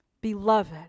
Beloved